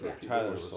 Tyler